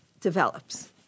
develops